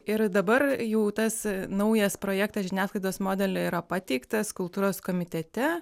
ir dabar jau tas naujas projektas žiniasklaidos modelio yra pateiktas kultūros komitete